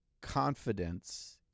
confidence